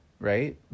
Right